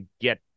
get